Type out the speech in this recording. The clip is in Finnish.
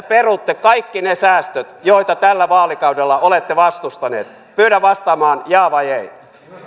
perutte kaikki ne säästöt joita tällä vaalikaudella olette vastustaneet pyydän vastaamaan jaa vai ei